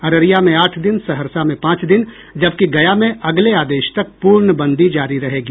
अररिया में आठ दिन सहरसा में पांच दिन जबकि गया में अगले आदेश तक पूर्णबंदी जारी रहेगी